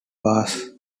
bass